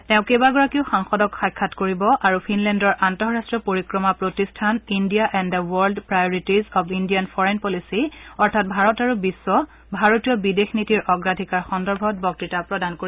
তেওঁ কেইবাগৰাকী সাংসদকো সাক্ষাৎ কৰিব আৰু ফিনলেণ্ডৰ আন্তৰাষ্ট্ৰীয় পৰিক্ৰমা প্ৰতিষ্ঠানত India and the world priorities of Indian foreign policy অৰ্থাৎ ভাৰত আৰু বিশ্ব ভাৰতীয় বিদেশ নীতিৰ অগ্ৰাধিকাৰ সন্দৰ্ভত বক্তৃতা প্ৰদান কৰিব